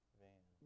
van